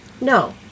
no